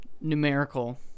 numerical